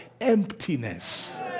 emptiness